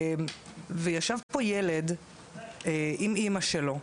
ישב פה ילד עם אימא שלו,